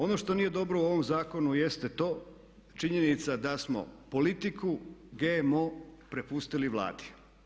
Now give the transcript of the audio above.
Ono što nije dobro u ovom zakonu jeste to, činjenica da smo politiku GMO prepustili Vladi.